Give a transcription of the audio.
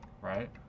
Right